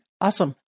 Awesome